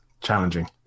challenging